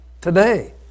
today